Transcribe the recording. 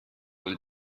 del